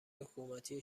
حکومتی